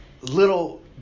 little